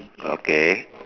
okay